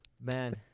Man